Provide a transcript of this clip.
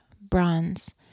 bronze